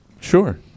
Sure